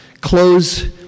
close